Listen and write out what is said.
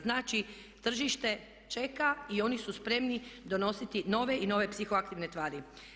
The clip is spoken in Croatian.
Znači tržište čeka i oni su spremni donositi nove i nove psihoaktivne tvari.